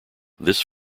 this